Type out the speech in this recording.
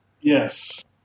Yes